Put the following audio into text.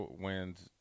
wins